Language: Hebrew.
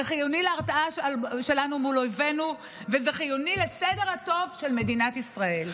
זה חיוני להרתעה שלנו מול אויבינו וזה חיוני לסדר הטוב של מדינת ישראל.